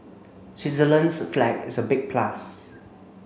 Switzerland's flag is a big plus